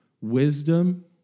wisdom